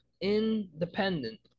independent